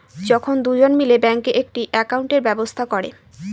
যখন দুজন মিলে ব্যাঙ্কে একটি একাউন্টের ব্যবস্থা করে